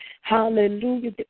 Hallelujah